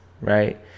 right